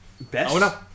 Best